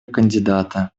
кандидата